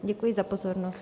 Děkuji za pozornost.